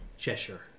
Cheshire